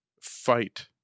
fight